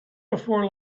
before